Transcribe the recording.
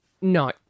No